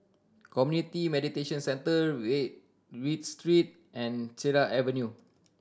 Community Mediation Centre Read Street and Cedar Avenue